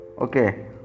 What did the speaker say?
okay